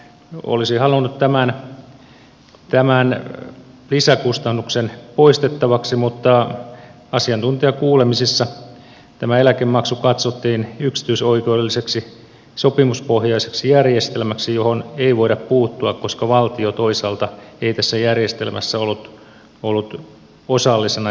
olisin halunnut tämän lisäkustannuksen poistettavaksi mutta asiantuntijakuulemisissa tämä eläkemaksu katsottiin yksityisoikeudelliseksi sopimuspohjaiseksi järjestelmäksi johon ei voida puuttua koska valtio toisaalta ei tässä järjestelmässä ollut osallisena